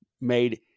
made